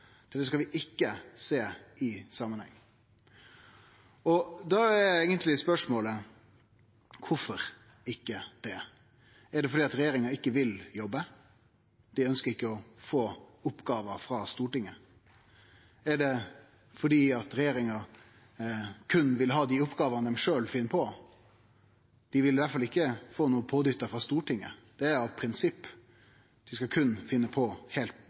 dette skal vi ikkje sjå i samanheng. Da er eigentleg spørsmålet: Kvifor ikkje? Er det fordi regjeringa ikkje vil jobbe, at dei ikkje ønskjer å få oppgåver frå Stortinget? Er det fordi regjeringa berre vil ha dei oppgåvene dei sjølv finn på, og at dei i alle fall ikkje vil få noko pådytta frå Stortinget, av prinsipp, at dei berre skal finne på ting heilt